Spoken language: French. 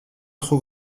trop